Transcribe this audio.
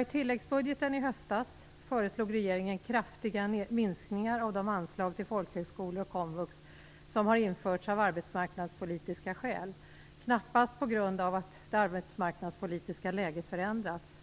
I tilläggsbudgeten i höstas föreslog regeringen kraftiga minskningar av de anslag till folkhögskolor och komvux som har införts av arbetsmarknadspolitiska skäl, knappast på grund av att det arbetsmarknadspolitiska läget har förändrats.